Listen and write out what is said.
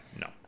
no